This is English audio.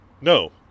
No